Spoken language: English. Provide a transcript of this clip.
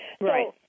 Right